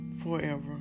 forever